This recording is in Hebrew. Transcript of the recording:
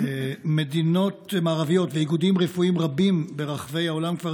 מדינות מערביות ואיגודים רפואיים רבים ברחבי העולם כבר